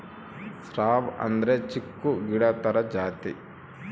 shrub ಅಂದ್ರೆ ಚಿಕ್ಕು ಗಿಡ ತರ ಜಾತಿ